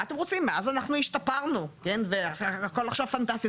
מה אתם רוצים מאז אנחנו השתפרנו והכל עכשיו פנטסטי,